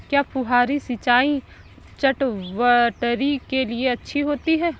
क्या फुहारी सिंचाई चटवटरी के लिए अच्छी होती है?